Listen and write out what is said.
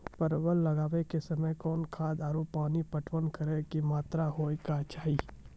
परवल लगाबै के समय कौन खाद आरु पानी पटवन करै के कि मात्रा होय केचाही?